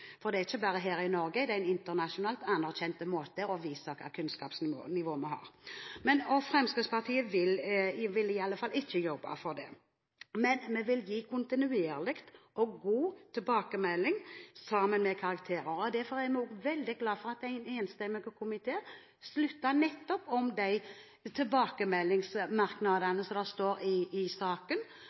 for dette gjelder ikke bare her i Norge – dette er en internasjonalt anerkjent måte å måle hva slags kunnskapsnivå man har. Fremskrittspartiet vil iallfall ikke jobbe for det. Men vi vil at man skal gi kontinuerlig og god tilbakemelding, sammen med karakterer. Derfor er vi veldig glad for at en enstemmig komité støtter opp om de tilbakemeldingsmerknadene som står nevnt i saken,